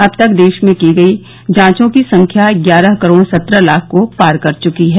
अब तक देश में की गई जांचों की संख्या ग्यारह करोड सत्रह लाख को पार कर चुकी है